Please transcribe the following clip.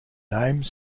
name